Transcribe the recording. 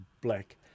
black